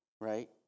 right